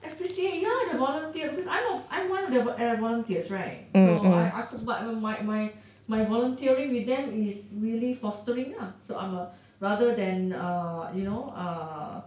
S_P_C_A ya they volunteer because I'm I'm one of the uh volunteers right so aku my my my volunteering with them is really fostering ah so I'm a rather than you know uh